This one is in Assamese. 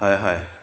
হয় হয়